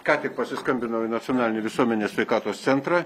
ką tik pasiskambinau į nacionalinį visuomenės sveikatos centrą